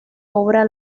obra